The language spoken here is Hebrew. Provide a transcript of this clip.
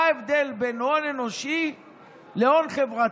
מה ההבדל בין הון אנושי להון חברתי?